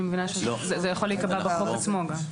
זה יכול להיקבע גם בחוק עצמו.